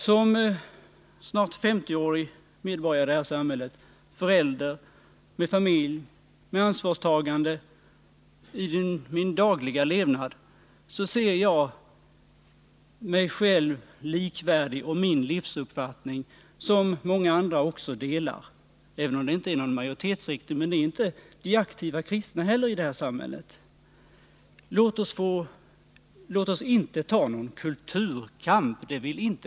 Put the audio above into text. Som snart femtioårig medborgare i det här samhället, förälder, med familj, med ansvarstagande i min dagliga levnad, ser jag mig själv likvärdig med andra, likaså min livsuppfattning som många andra människor delar, även om vi inte tillhör någon majoritetsriktning — men det gör inte de aktiva kristna heller i vårt samhälle. Låt oss inte ta någon kulturkamp.